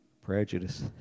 Prejudice